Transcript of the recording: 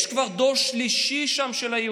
יש שם כבר דור שלישי של יהודים,